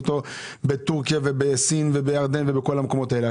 בטורקיה ובסין ובירדן ובכל המקומות הללו.